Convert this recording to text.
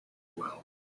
well